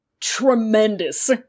Tremendous